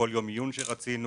לכל יום עיון שרצינו,